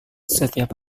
setiap